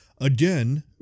again